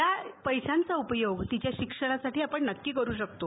या पैशांचा उपयोग तिच्या शिक्षणासाठी नक्की करू शकतो